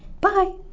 Bye